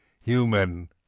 Human